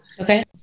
Okay